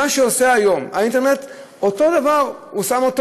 מה שעושה היום האינטרנט: אותו דבר הוא שם,